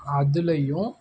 அதுலேயும்